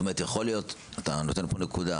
אתה נותן פה נקודה.